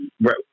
right